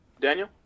Daniel